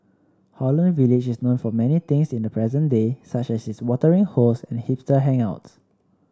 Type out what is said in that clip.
Holland Village is known for many things in the present day such as its watering holes and hipster hangouts